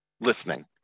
listening